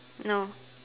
no